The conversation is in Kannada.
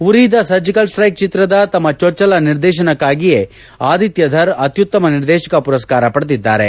ಉರಿ ದಿ ಸರ್ಜಿಕಲ್ ಸ್ಟೈಕ್ ಚಿತ್ರದ ತಮ್ಮ ಚೊಚ್ಚಲ ನಿರ್ದೇಶನಕ್ಕಾಗಿಯೇ ಆದಿತ್ತ ಧರ್ ಅತ್ಯುತ್ತಮ ನಿರ್ದೇಶಕ ಪುರಸ್ಕಾರ ಪಡೆದಿದ್ದಾರೆ